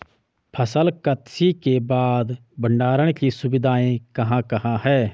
फसल कत्सी के बाद भंडारण की सुविधाएं कहाँ कहाँ हैं?